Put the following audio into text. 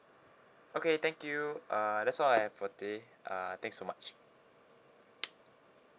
okay thank you uh that's all I have for today uh thanks so much